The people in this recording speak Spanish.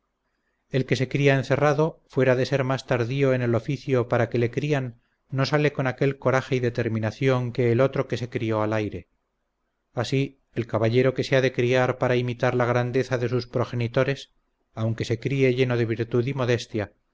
el que se cría encerrado fuera de ser más tardío en el oficio para que le crían no sale con aquel coraje y determinación que el otro que se crió al aire así el caballero que se ha de criar para imitar la grandeza de sus progenitores aunque se críe lleno de virtud y modestia aquel recogimiento no ha de ser